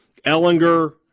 Ellinger